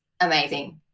amazing